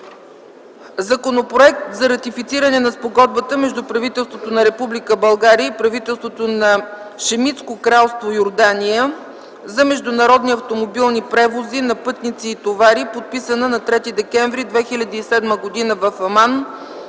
Законопроект за ратифициране на Спогодбата между правителството на Република България и правителството на Хашемитско кралство Йордания за международни автомобилни превози на пътници и товари, подписана на 3 декември 2007 г. в Аман.